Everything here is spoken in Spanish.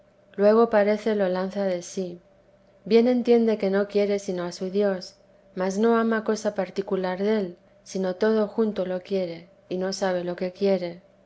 luego parece lo lanza de sí bien entiende que no quiere sino a su dios mas no ama cosa particular del sino todo junto lo quiere y no sabe lo que quiere